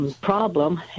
problem